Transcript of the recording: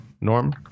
Norm